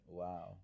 wow